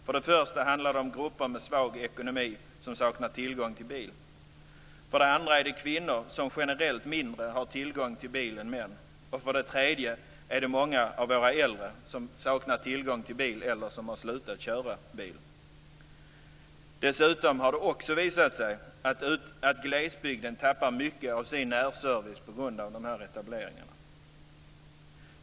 För det första handlar det om grupper med svag ekonomi som inte har tillgång till bil. För det andra handlar det om kvinnor som generellt sett mindre har tillgång till bil än män. För det tredje handlar det om många av våra äldre som inte har tillgång till bil eller som har slutat köra bil. Det har också visat sig att glesbygden tappar mycket av sin närservice på grund av de här etableringarna.